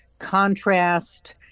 contrast